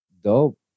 dope